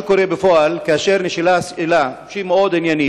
מס שפתיים שכולנו מדברים ואומרים: